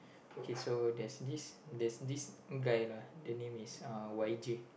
okay so there's this there's this guy lah the name is uh Y J